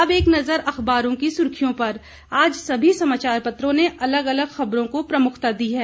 अब एक नजर अखबारों की सुर्खियों पर आज सभी समाचार पत्रों ने अलग अलग खबरों को प्रमुखता दी है